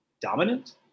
dominant